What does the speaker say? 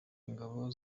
ingabo